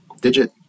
digit